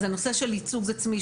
אז הנושא של עיצוב עצמי,